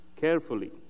carefully